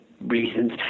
reasons